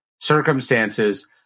circumstances